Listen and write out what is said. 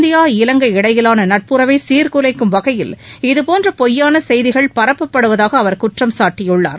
India Ilangai இடையிலான நட்புறவை சீர்குலைக்கும் வகையில் இதபோன்ற பொய்யான செய்திகள் பரப்பப்படுவதாக அவர் குற்றம்சாட்டியுள்ளார்